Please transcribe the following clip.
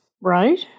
right